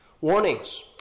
warnings